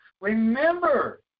Remember